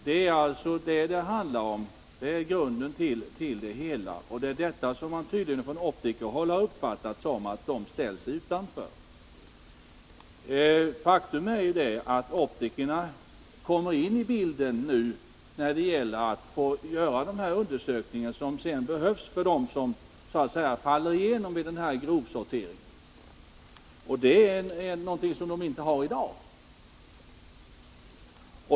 Det är alltså detta det handlar om, och det är grunden till det hela. Det är detta som man tydligen från optikerhåll uppfattat som att de skulle ställas utanför. Faktum är att optikerna kommer in i bilden nu när det gäller att göra de undersökningar som behövs för dem som så att säga faller igenom vid grovsorteringen. Det är en uppgift som optikerna inte har i dag.